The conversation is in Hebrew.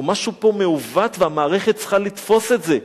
או שמשהו פה מעוות והמערכת צריכה לתפוס את זה,